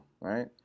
right